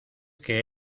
que